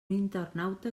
internauta